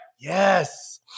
Yes